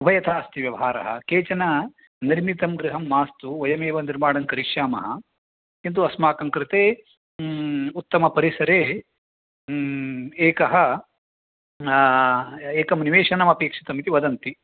उभयथास्ति व्यवहारः केचन निर्मितं गृहं मास्तु वयमेव निर्माणं करिष्यामः किन्तु अस्माकं कृते उत्तमपरिसरे एकं एकं निवेशनमपेक्षितमिति वदन्ति